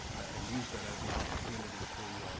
and used that as an opportunity to,